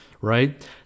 right